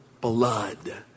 blood